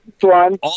one